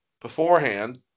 beforehand